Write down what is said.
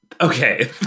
Okay